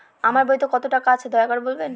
আমার বইতে কত টাকা আছে দয়া করে বলবেন?